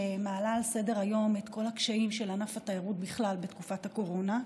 שמעלה על סדר-היום את כל הקשיים של ענף התיירות בכלל בתקופת הקורונה.